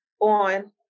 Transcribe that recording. on